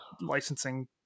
licensing